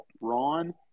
Ron